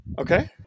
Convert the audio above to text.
Okay